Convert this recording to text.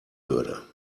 würde